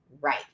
Right